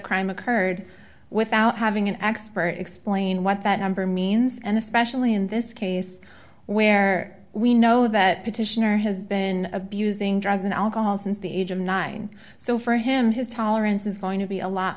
crime occurred without having an expert explain what that number means and especially in this case where we know that petitioner has been abusing drugs and alcohol since the age of nine so for him his tolerance is going to be a lot